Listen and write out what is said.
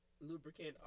lubricant